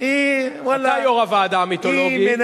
אתה יו"ר הוועדה המיתולוגי.